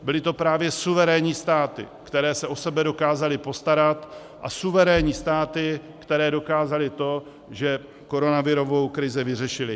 Byly to právě suverénní státy, které se o sebe dokázaly postarat, a suverénní státy, které dokázaly to, že koronavirovou krizi vyřešily.